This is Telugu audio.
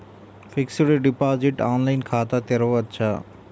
ఫిక్సడ్ డిపాజిట్ ఆన్లైన్ ఖాతా తెరువవచ్చా?